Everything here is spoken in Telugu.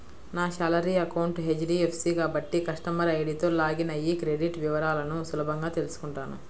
నా శాలరీ అకౌంట్ హెచ్.డి.ఎఫ్.సి కాబట్టి కస్టమర్ ఐడీతో లాగిన్ అయ్యి క్రెడిట్ వివరాలను సులభంగా తెల్సుకుంటాను